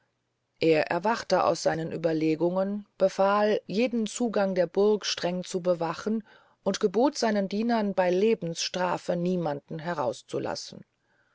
er erwachte aus seinen ueberlegungen befahl jeden zugang der burg strenge zu bewachen und gebot seinen dienern bey lebensstrafe niemanden herauszulassen